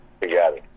together